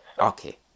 Okay